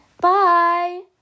Bye